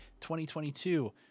2022